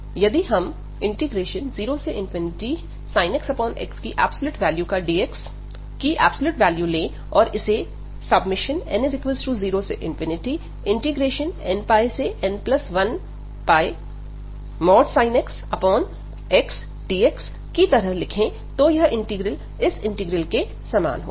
यदि हम 0 sin xx dx की एब्सोल्यूट वैल्यू ले और इसे n0nπn1sin x xdx की तरह लिखें तो यह इंटीग्रल इस इंटीग्रल के समान होगा